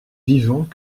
vivant